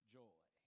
joy